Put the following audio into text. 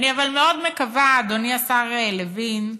אבל אני מאוד מקווה, אדוני השר לוין,